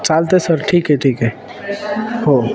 चालतं आहे सर ठीक आहे ठीक आहे हो